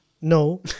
No